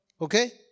Okay